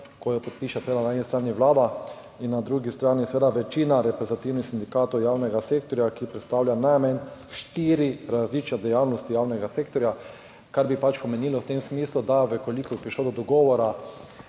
ko jo podpiše seveda na eni strani Vlada in na drugi strani seveda večina reprezentativnih sindikatov javnega sektorja, ki predstavljajo najmanj štiri različne dejavnosti javnega sektorja, kar bi pomenilo v tem smislu, da v kolikor bi prišlo do dogovora,